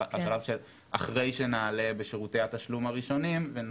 השלב שאחרי שנעלה בשירותי התשלום הראשונים.